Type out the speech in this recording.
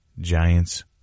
Giants